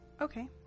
Okay